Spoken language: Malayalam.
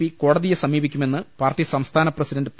പി കോടതിയെ സമീപിക്കുമെന്ന് പാർട്ടി സംസ്ഥാന പ്രസി ഡണ്ട് പി